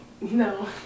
No